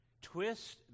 twist